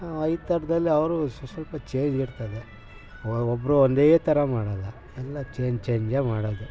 ಐದು ಥರ್ದಲ್ಲಿ ಅವರು ಸ್ವಲ್ ಸ್ವಲ್ಪ ಚೇಂಜ್ ಇರ್ತದೆ ಒಬ್ಬರು ಒಂದೇ ಥರ ಮಾಡೋಲ್ಲ ಎಲ್ಲ ಚೇಂಜ್ ಚೇಂಜೇ ಮಾಡೋದು